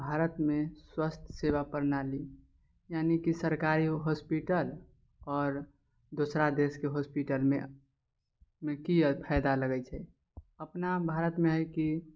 भारतमे स्वास्थ सेवा प्रणाली यानी की सरकारी हॉस्पिटल आओर दोसरा देशके हॉस्पिटलमे मे की फायदा लगै छै अपना भारतमे है की